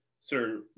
Sir